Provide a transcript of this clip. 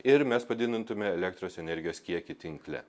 ir mes padidintume elektros energijos kiekį tinkle